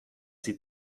sie